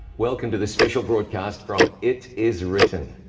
welcome to this special broadcast from it is written.